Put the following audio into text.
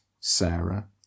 Sarah